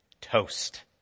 toast